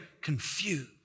confused